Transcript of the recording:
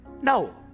No